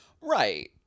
right